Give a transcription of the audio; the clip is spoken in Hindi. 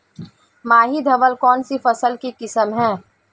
माही धवल कौनसी फसल की किस्म है?